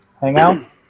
Hangout